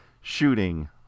shooting